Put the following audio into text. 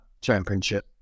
championship